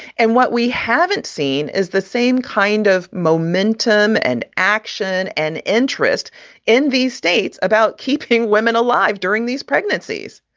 and what we haven't seen is the same kind of momentum and action and interest in these states about keeping women alive during these pregnancies.